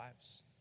lives